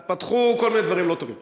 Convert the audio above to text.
פתחו גם, פתחו כל מיני דברים לא טובים.